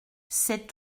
c’est